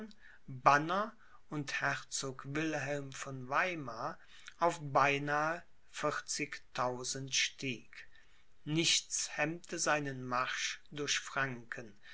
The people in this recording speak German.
banner und herzog wilhelm von weimar auf beinahe vierzigtausend stieg nichts hemmte seinen marsch durch franken